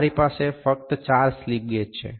મારી પાસે ફક્ત ચાર સ્લિપ ગેજ છે